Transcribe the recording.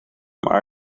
maar